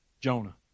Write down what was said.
Jonah